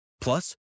Plus